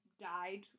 died